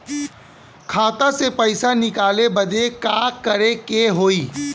खाता से पैसा निकाले बदे का करे के होई?